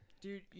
Dude